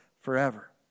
forever